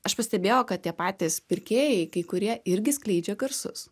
aš pastebėjau kad tie patys pirkėjai kai kurie irgi skleidžia garsus